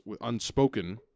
unspoken